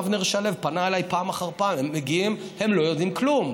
אבנר שלו פנה אליי פעם אחר פעם: הם מגיעים והם לא יודעים כלום.